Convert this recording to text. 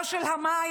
לא של המים,